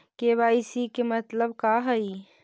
KYC के मतलब का हई?